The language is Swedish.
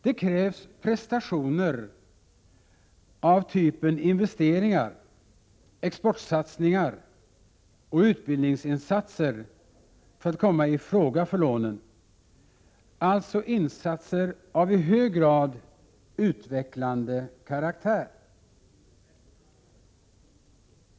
Det krävs prestationer av typen investeringar, exportsatsningar och utbildningsinsatser för att kunna komma i fråga för lånen, alltså insatser av i hög grad utvecklande karaktär.